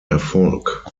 erfolg